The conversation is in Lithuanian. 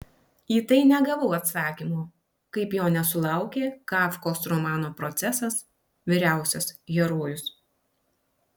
į tai negavau atsakymo kaip jo nesulaukė kafkos romano procesas vyriausias herojus